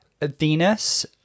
Venus